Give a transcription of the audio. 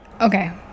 Okay